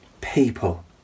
people